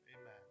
Amen